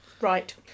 Right